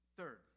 Third